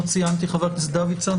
חבר הכנסת דוידסון,